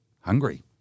hungry